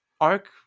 arc